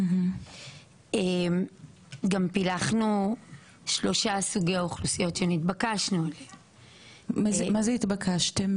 גם פילחנו שלושה סוגי אוכלוסיות שנתבקשנו --- מה זה התבקשתם?